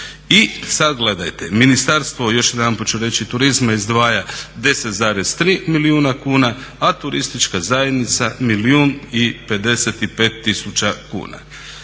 I sada gledajte, Ministarstvo, još jedanput ću reći turizma, izdvaja 10,3 milijuna kuna a turistička zajednica milijun